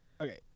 Okay